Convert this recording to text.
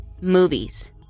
movies